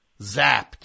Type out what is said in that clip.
Zapped